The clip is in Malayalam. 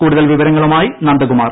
കൂടുതൽ വിവരങ്ങളുമായി നന്ദകുമാർ